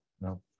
No